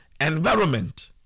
environment